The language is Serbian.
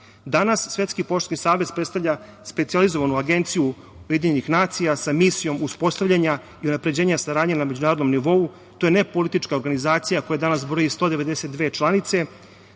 Svetski poštanski savez predstavlja specijalizovanu agenciju UN sa misijom uspostavljanja i unapređenja saradnje na međunarodnom nivou. To je ne politička organizacija koja danas broji 192 članice